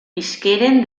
visqueren